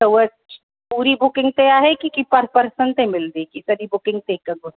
त हूअ पूरी बुकिंग ते आहे की की पर पर्सन ते मिलंदी सॼी बुकिंग ते हिक हूअ